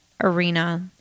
Arena